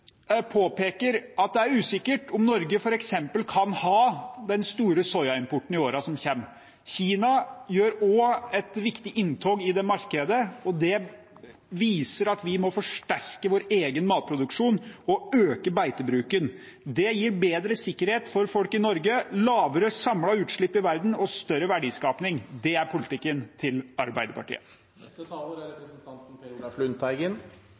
påpeker at det er usikkert om Norge kan ha f.eks. en stor soyaimport i årene som kommer. Kina gjør også et viktig inntog i det markedet, og det viser at vi må forsterke vår egen matproduksjon og øke beitebruken. Det gir bedre sikkerhet for folk i Norge, lavere utslipp samlet sett i verden og større verdiskaping. Det er Arbeiderpartiets politikk. Først til